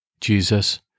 Jesus